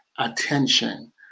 attention